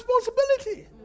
responsibility